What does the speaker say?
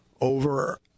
over